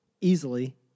easily